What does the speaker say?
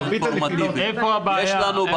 איפה הבעיה?